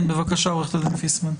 בבקשה, עורכת הדין פיסמן.